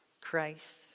Christ